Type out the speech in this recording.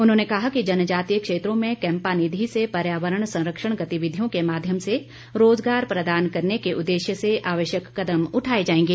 उन्होंने कहा कि जनजातीय क्षेत्रों में कैम्पा निधि से पर्यावरण संरक्षण गतिविधियों के माध्यम से रोज़गार प्रदान करने के उद्देश्य से आवश्यक कदम उठाए जाएंगे